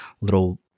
little